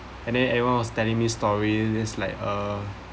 and then everyone was telling me stories then it's like uh